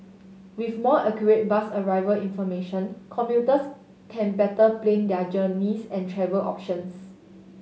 with more accurate bus arrival information commuters can better plan their journeys and travel options